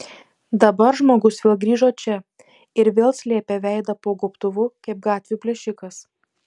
dabar žmogus vėl grįžo čia ir vėl slėpė veidą po gobtuvu kaip gatvių plėšikas